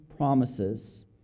promises